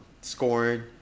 scoring